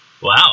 wow